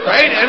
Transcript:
Right